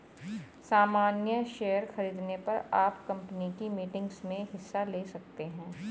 सामन्य शेयर खरीदने पर आप कम्पनी की मीटिंग्स में हिस्सा ले सकते हैं